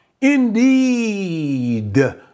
indeed